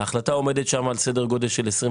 ההחלטה עומדת שם על סדר-גודל של 22